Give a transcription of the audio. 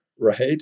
right